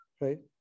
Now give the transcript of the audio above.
right